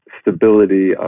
stability